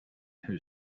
who